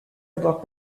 avoir